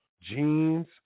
jeans